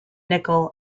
nicol